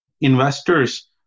investors